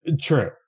True